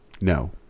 no